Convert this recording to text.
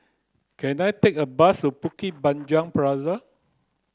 can I take a bus to Bukit Panjang Plaza